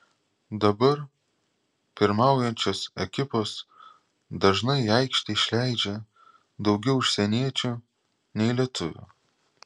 dabar pirmaujančios ekipos dažnai į aikštę išleidžia daugiau užsieniečių nei lietuvių